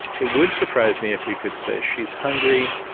it would surprise me if we could say she's hungry,